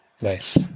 Nice